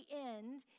end